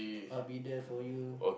I'll be there for you